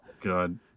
God